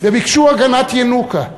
וביקשו הגנת ינוקא,